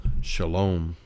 Shalom